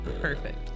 Perfect